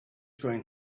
going